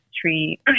tree